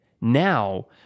now